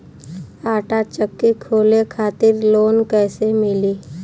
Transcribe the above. आटा चक्की खोले खातिर लोन कैसे मिली?